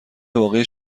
واقعی